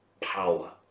power